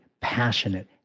Passionate